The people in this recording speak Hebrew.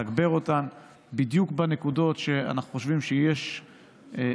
לתגבר אותן בדיוק בנקודות שאנחנו חושבים שיש חשיבות